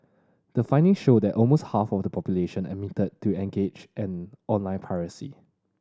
the findings showed that almost half of the population admitted to engaged in online piracy